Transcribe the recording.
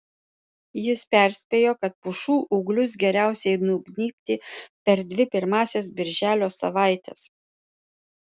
jis perspėjo kad pušų ūglius geriausiai nugnybti per dvi pirmąsias birželio savaites